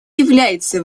является